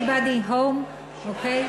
Anybody home, אוקיי?